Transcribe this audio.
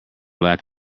lack